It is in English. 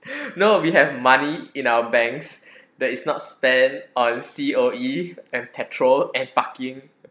no we have money in our banks that is not spent on C_O_E and petrol and parking